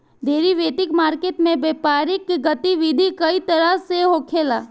derivative market में व्यापारिक गतिविधि कई तरह से होखेला